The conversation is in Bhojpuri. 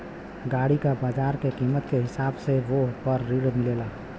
गाड़ी के बाजार के कीमत के हिसाब से वोह पर ऋण मिलेला